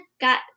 got